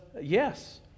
yes